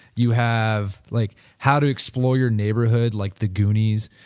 you have like how to explore your neighborhood like the goonies.